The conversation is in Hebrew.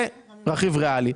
זה רכיב ריאלי.